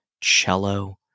cello